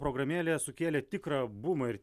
programėlė sukėlė tikrą bumą ir